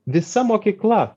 visa mokykla